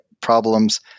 problems